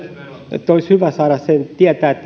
olisi hyvä saada tietää